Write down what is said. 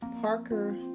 Parker